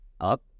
up